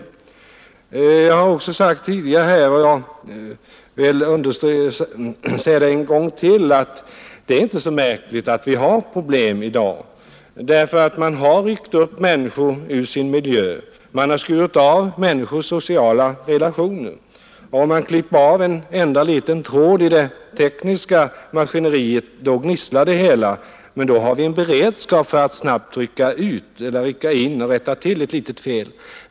Jag har också här tidigare sagt och vill säga det en gång till, att det inte är så märkligt att vi har problem i dag. Man har ryckt upp människor ur deras miljö, man har skurit av människors sociala relationer. Om man klipper av en enda liten tråd i det tekniska maskineriet, då gnisslar det hela, men då har vi en beredskap för att snabbt rycka in och rätta till ett litet fel.